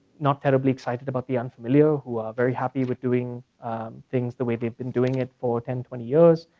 not terribly excited about the unfamiliar, who are very happy with doing things with the way they have been doing it for ten, twenty years.